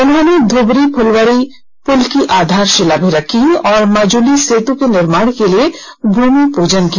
उन्होंने धुबरी फुलबारी पुल की आधारशिला भी रखी और माज़ुली सेतु के निर्माण के लिए भूमिपूजन किया